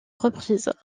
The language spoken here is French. reprises